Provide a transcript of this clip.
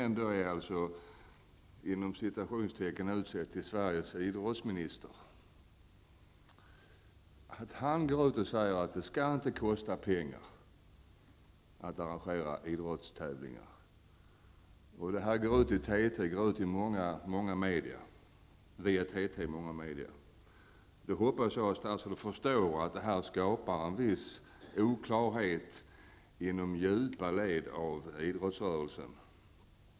har sagt att arrangörerna inte skall behöva betala för polisinsatser i samband med idrottstävlingar. Det har via TT gått ut i många medier. Jag hoppas att justitieministern förstår att motstridiga budskap skapar oklarhet i djupa led inom idrottsrörelsen.